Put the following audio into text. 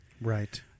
right